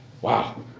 Wow